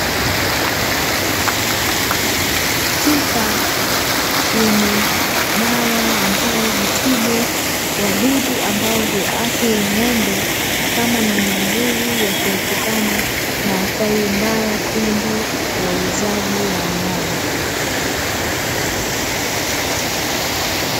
Chupa yenye dawa ambayo hutibu wadudu ambayo huathiri ng’ombe, kama namna nzuri ya kuepukana na athari mbaya pindi ya uzaji wa nyama.